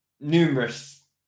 numerous